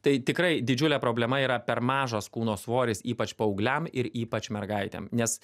tai tikrai didžiulė problema yra per mažas kūno svoris ypač paaugliam ir ypač mergaitėm nes